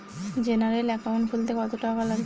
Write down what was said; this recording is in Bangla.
জেনারেল একাউন্ট খুলতে কত টাকা লাগবে?